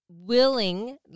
willing